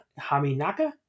Haminaka